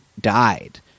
died